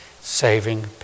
saving